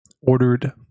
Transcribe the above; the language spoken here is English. ordered